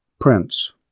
Prince